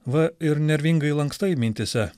va ir nervingai lankstai mintyse